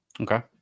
okay